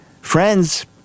friends